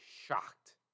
shocked